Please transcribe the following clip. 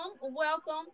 welcome